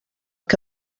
que